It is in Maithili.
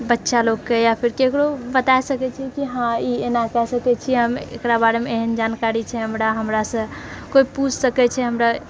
बच्चा लोगके या फिर ककरो बताए सकैत छिऐ कि हाँ ई एना कए सकै छियै हम एकरा बारेमे एहन जानकारी छै हमरा हमरासँ कोइ पूछ सकैत छै हमरा